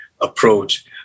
approach